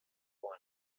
war